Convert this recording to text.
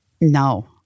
No